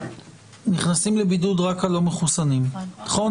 נכנסים לבידוד רק הלא מחוסנים, נכון?